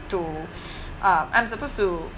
to um I'm supposed to